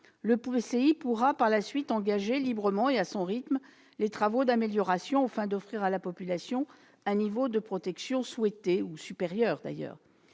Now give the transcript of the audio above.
L'EPCI pourra par la suite engager librement et à son rythme les travaux d'amélioration aux fins d'offrir à la population un niveau de protection supérieur. Il convient par ailleurs